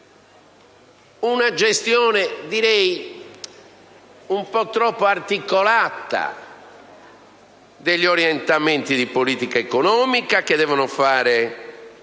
una gestione un po' troppo articolata degli orientamenti di politica economica che devono fare